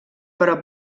però